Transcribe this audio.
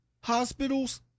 hospitals